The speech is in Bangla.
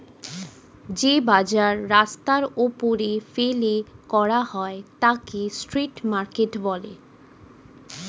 যে বাজার রাস্তার ওপরে ফেলে করা হয় তাকে স্ট্রিট মার্কেট বলে